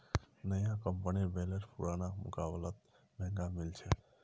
नया कंपनीर बेलर पुरना मुकाबलात महंगा मिल छेक